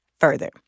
further